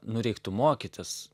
nu reiktų mokytis